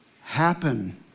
happen